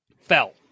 fell